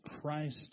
Christ